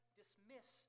dismiss